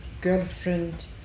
girlfriend